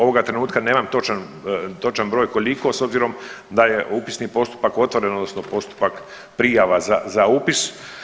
Ovoga trenutka nema točan, točan broj koliko s obzirom da je upisan postupak otvoren odnosno postupak prijava za upis.